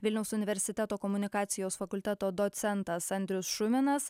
vilniaus universiteto komunikacijos fakulteto docentas andrius šuminas